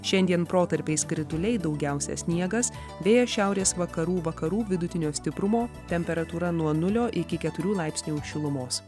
šiandien protarpiais krituliai daugiausia sniegas vėjas šiaurės vakarų vakarų vidutinio stiprumo temperatūra nuo nulio iki keturių laipsnių šilumos